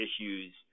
issues